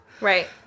Right